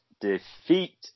defeat